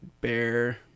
bear